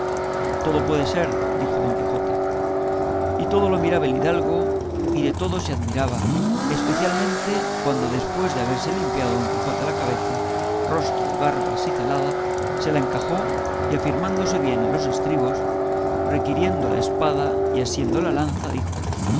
todo puede ser dijo don quijote y todo lo miraba el hidalgo y de todo se admiraba especialmente cuando después de haberse limpiado don quijote cabeza rostro y barbas y celada se la encajó y afirmándose bien en los estribos requiriendo la espada y asiendo la lanza dijo